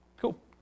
Cool